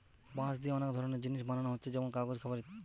বাঁশ দিয়ে অনেক ধরনের জিনিস বানানা হচ্ছে যেমন কাগজ, খাবার